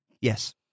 Yes